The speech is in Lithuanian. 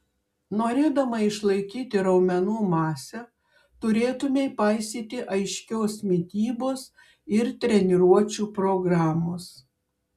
norėdama išlaikyti raumenų masę turėtumei paisyti aiškios mitybos ir treniruočių programos